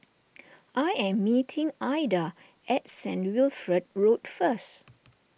I am meeting Aida at Saint Wilfred Road first